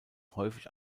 häufig